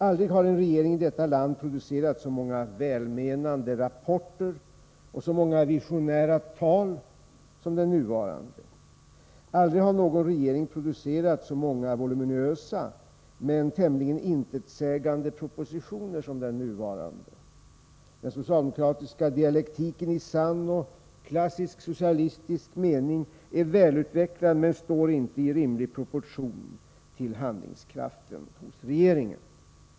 Aldrig har en regering i detta land producerat så många välmenande rapporter och så många visionära tal som den nuvarande. Aldrig har någon regering producerat så många voluminösa men tämligen intetsägande propositioner som den nuvarande. Den socialdemokratiska dialektiken i sann och klassisk socialistisk mening är välutvecklad men står inte i rimlig proportion till handlingskraften hos regeringen.